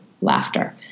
laughter